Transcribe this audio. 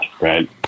Right